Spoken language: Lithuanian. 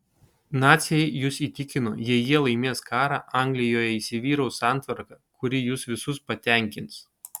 naciai jus įtikino jei jie laimės karą anglijoje įsivyraus santvarka kuri jus visus patenkins